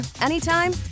anytime